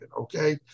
Okay